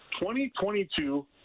2022